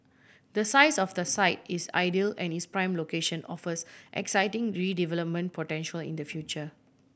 the size of the site is ideal and its prime location offers exciting redevelopment potential in the future